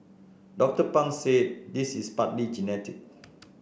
Doctor Pang said this is partly genetic